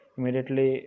Immediately